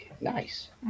Nice